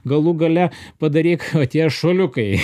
galų gale padaryk tie šuoliukai